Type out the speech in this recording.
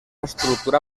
estructura